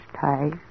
ties